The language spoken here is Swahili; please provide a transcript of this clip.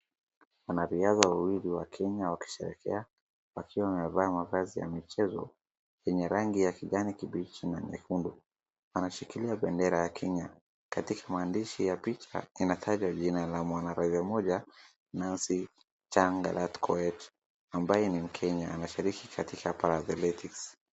Wanariadha wawili wa Kenya wakisherekea wakiwa wamevaa mavazi ya michezo yenye rangi ya kijani kibichi na nyekundu. Wanashikilia bendera ya Kenya. Katika maandishi ya picha inataja jina la mwanariadha mmoja Nancy Chelangat Koech ambaye ni mkenya anashiriki katika para athletics .